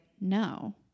no